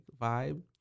vibe